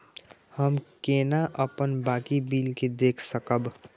हम केना अपन बाकी बिल के देख सकब?